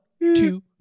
two